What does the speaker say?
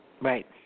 Right